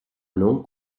non